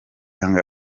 young